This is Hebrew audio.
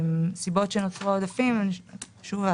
הסיבות שנוצרו העודפים הן שוב,